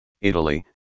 Italy